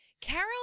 Carol